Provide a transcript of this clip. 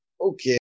Okay